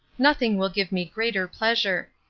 nothing will give me greater pleasure.